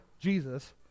Jesus